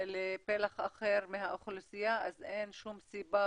לפלח אחר מהאוכלוסייה אז אין שום סיבה,